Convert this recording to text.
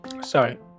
Sorry